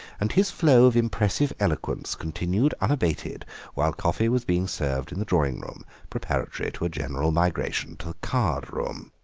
and his flow of impressive eloquence continued unabated while coffee was being served in the drawing-room preparatory to a general migration to the card room.